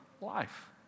life